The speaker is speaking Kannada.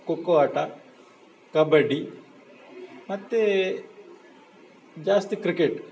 ಖೋಖೋ ಆಟ ಕಬಡ್ಡಿ ಮತ್ತೆ ಜಾಸ್ತಿ ಕ್ರಿಕೆಟ್